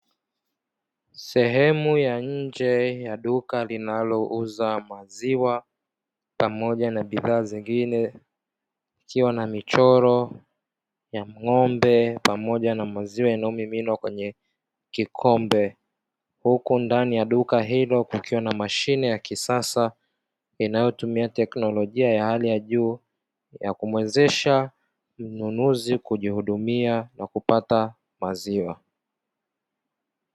Sehemu ya nje ya duka linalouza maziwa pamoja na bidhaa zingine ikiwa na michoro ya ng’ombe pamoja na maziwa yanayomiminwa kwenye kikombe, huku ndani ya duka hilo kukiwa na mashine ya kisasa, inayotumia teknolojia ya hali ya juu ya kumuwezesha mnunuzi kujihudumia na kupata maziwa.